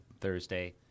Thursday